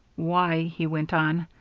why, he went on,